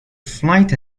flight